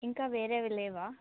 ఇంకా వేరేవి లేవా